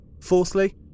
Fourthly